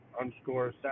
underscore